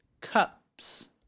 Cups